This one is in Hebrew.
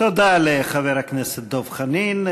תודה לחבר הכנסת דב חנין.